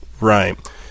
Right